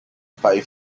pay